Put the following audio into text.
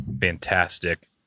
fantastic